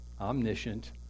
omniscient